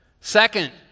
Second